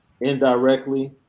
indirectly